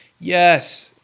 yes,